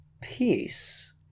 peace